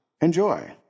Enjoy